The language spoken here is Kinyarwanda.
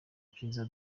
kiza